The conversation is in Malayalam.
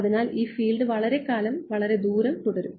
അതിനാൽ ഈ ഫീൽഡ് വളരെക്കാലം വളരെ ദൂരം തുടരും